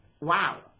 wow